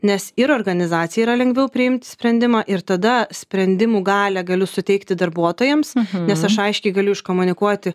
nes ir organizacijai yra lengviau priimt sprendimą ir tada sprendimų galią galiu suteikti darbuotojams nes aš aiškiai galiu iškomunikuoti